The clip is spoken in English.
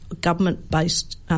government-based